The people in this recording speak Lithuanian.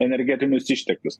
energetinius išteklius